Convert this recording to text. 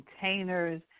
containers